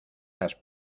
las